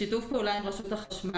בשיתוף פעולה עם רשות החשמל.